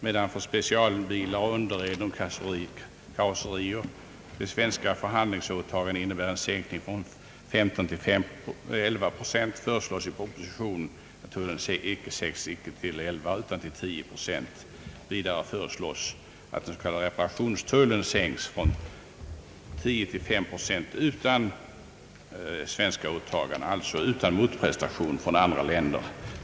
Medan för specialbilar, underreden och karosserier de svenska förhandlingsåtagandena innebär en sänkning från 15 till 11 procent, föreslås i propositionen att tullen sänks icke till 11, utan till 10 procent. Vidare föreslås att den s.k. reparationstullen sänks från 10 till 5 pro cent utan svenska åtaganden, alltså utan motprestation från andra länder.